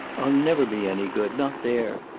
i'll never be any good. not there.